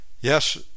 yes